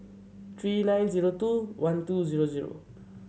three nine zero two one two zero zero